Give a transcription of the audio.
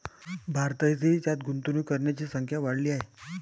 भारतातही त्यात गुंतवणूक करणाऱ्यांची संख्या वाढली आहे